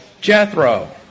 Jethro